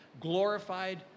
glorified